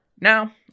Now